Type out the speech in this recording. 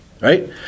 Right